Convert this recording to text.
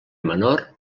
menor